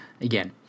Again